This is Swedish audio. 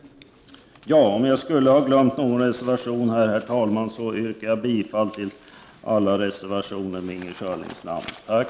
Om jag skulle ha glömt någon reservation, herr talman, yrkar jag härmed bifall till alla reservationer som är undertecknade med Inger Schörlings namn.